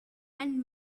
and